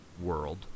world